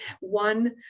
one